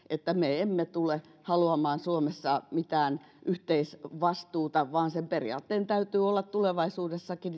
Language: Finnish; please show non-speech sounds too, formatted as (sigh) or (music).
(unintelligible) että me emme tule haluamaan suomessa mitään yhteisvastuuta vaan periaatteen täytyy olla tulevaisuudessakin (unintelligible)